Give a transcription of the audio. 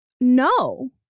no